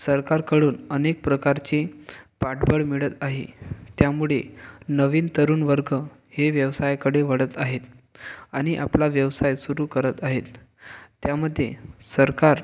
सरकारकडून अनेक प्रकारचे पाठबळ मिळत आहे त्यामुडे नवीन तरुण वर्ग हे व्यवसायाकडे वळत आहेत आणि आपला व्यवसाय सुरू करत आहेत त्यामध्ये सरकार